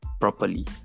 properly